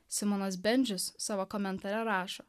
simonas bendžius savo komentare rašo